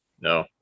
No